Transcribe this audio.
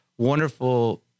wonderful